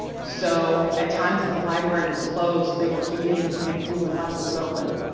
so at times that the library was closed, they were heating and cooling like it was open,